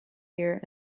year